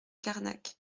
carnac